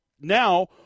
now